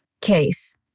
case